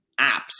apps